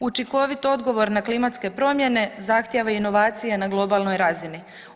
Učinkovit odgovor na klimatske promjene zahtijeva inovacije na globalnoj razini.